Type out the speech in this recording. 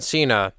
Cena